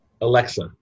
Alexa